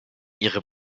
ihre